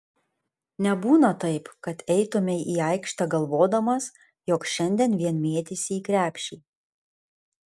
nebūna taip kad eitumei į aikštę galvodamas jog šiandien vien mėtysi į krepšį